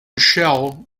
shell